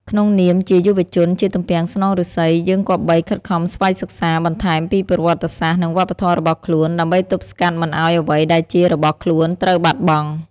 ក្នុងនាមជាយុវជន ជាទំពាំងស្នងឫស្សី យើងគប្បីខិតខំស្វ័យសិក្សាបន្ថែមពីប្រវត្តិសាស្ត្រ និងវប្បធម៌របស់ខ្លួន ដើម្បីទប់ស្កាត់មិនឱ្យអ្វីដែលជារបស់ខ្លួនត្រូវបាត់បង់។